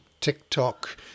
TikTok